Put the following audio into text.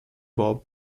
bob